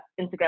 Instagram